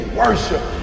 worship